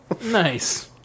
Nice